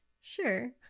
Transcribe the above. Sure